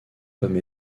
comme